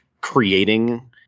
creating